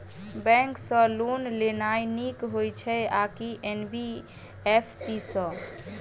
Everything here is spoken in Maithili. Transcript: बैंक सँ लोन लेनाय नीक होइ छै आ की एन.बी.एफ.सी सँ?